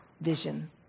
vision